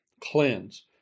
cleanse